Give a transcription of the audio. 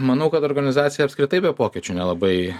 manau kad organizacija apskritai be pokyčių nelabai